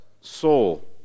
soul